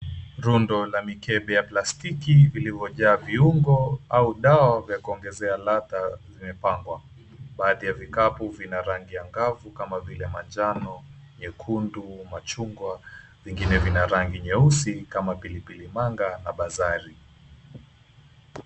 Rundo la mikebe ya plastiki vilivyojaa viungo au dawa vya kuongezea ladha vimepangwa. Baadhi ya vikapu vina rangi ya ngavu kama vile manjano, nyekundu, machungwa, vingine vina rangi nyeusi kama pilipili manga na bazari.